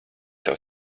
tev